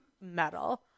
metal